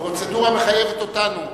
הפרוצדורה מחייבת אותנו.